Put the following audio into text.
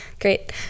great